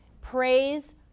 Praise